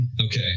Okay